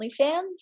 OnlyFans